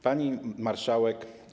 Pani Marszałek!